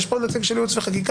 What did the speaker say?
האם יש פה נציג של ייעוץ וחקיקה?